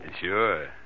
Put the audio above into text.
Sure